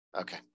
Okay